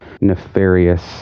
nefarious